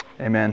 Amen